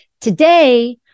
Today